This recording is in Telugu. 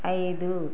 ఐదు